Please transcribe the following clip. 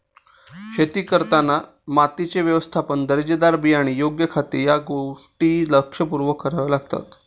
शेती करताना मातीचे व्यवस्थापन, दर्जेदार बियाणे, योग्य खते या गोष्टी लक्षपूर्वक कराव्या लागतात